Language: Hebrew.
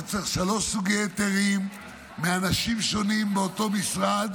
אתה צריך שלושה סוגי היתרים מאנשים שונים באותו משרד.